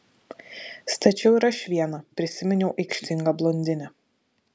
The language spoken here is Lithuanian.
stačiau ir aš vieną prisiminiau aikštingą blondinę